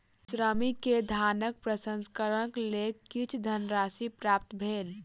श्रमिक के धानक प्रसंस्करणक लेल किछ धनराशि प्राप्त भेल